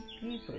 people